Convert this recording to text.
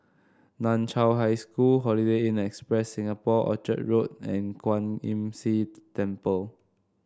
Nan Chiau High School Holiday Inn Express Singapore Orchard Road and Kwan Imm See Temple